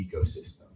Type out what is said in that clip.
ecosystem